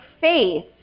faith